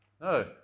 No